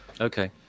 Okay